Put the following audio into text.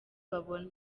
babona